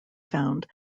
found